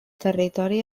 territori